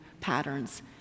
patterns